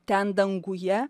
ten danguje